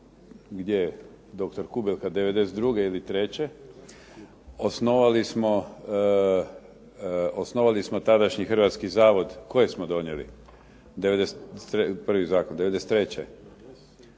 gdje doktor Kubelka '92. ili treće. Osnovali smo tadašnji hrvatski zavod. Koje smo donijeli? '93.